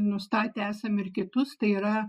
nustatę esam ir kitus tai yra